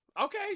Okay